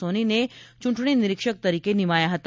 સોનીને ચૂંટણી નીરિક્ષક તરીકે નીમાયા હતા